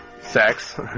sex